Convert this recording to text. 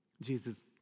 Jesus